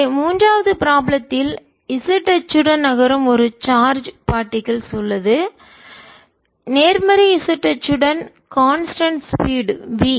எனவே மூன்றாவது ப்ராப்ளம்த்தில் z அச்சுடன் நகரும் ஒரு சார்ஜ் பார்டிகில் துகள் உள்ளது நேர்மறை z அச்சுடன் கான்ஸ்டன்ட் ஸ்பீட் V